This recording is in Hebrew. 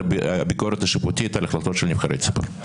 הביקורת השיפוטית על החלטות של נבחרי ציבור?